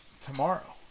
tomorrow